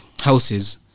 houses